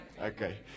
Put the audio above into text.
Okay